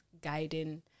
guiding